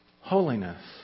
holiness